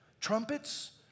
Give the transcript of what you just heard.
Trumpets